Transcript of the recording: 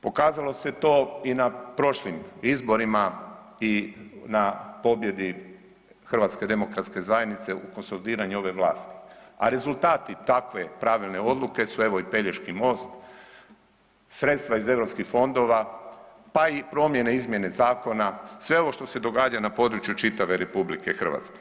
Pokazalo se to i na prošlim izborima i na pobjedi HDZ-a u konsolidiranju ove vlasti, a rezultati takve pravilne odluke su evo i Pelješki most, sredstva iz europskih fondova, pa i promjene i izmjene zakona, sve ovo što se događa na području čitave RH.